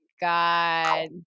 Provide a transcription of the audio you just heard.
God